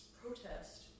protest